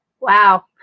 wow